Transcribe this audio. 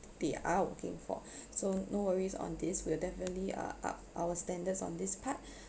they are working for so no worries on this we're definitely uh up our standards on this part